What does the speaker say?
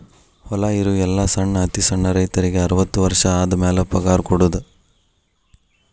ಹೊಲಾ ಇರು ಎಲ್ಲಾ ಸಣ್ಣ ಅತಿ ಸಣ್ಣ ರೈತರಿಗೆ ಅರ್ವತ್ತು ವರ್ಷ ಆದಮ್ಯಾಲ ಪಗಾರ ಕೊಡುದ